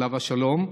עליו השלום,